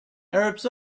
arabs